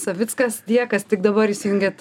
savickas tie kas dabar įsijungėt